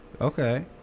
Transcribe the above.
okay